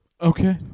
Okay